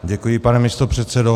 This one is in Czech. Děkuji, pane místopředsedo.